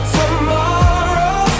tomorrow